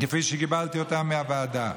כפי שקיבלתי אותה מהוועדה.